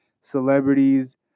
celebrities